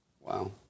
Wow